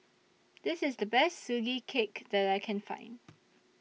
This IS The Best Sugee Cake that I Can Find